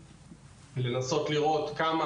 אני חושב שלחפש ספציפית את צמד